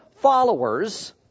followers